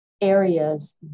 areas